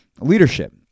leadership